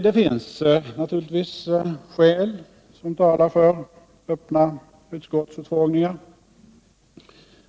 Det finns naturligtvis skäl som talar för öppna utskottsutfrågningar.